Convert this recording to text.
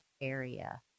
area